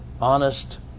honest